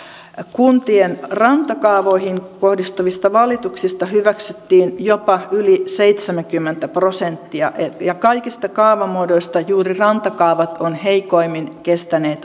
kuntien rantakaavoihin kohdistuvista valituksista hyväksyttiin jopa yli seitsemänkymmentä prosenttia ja kaikista kaavamuodoista juuri rantakaavat ovat heikoimmin kestäneet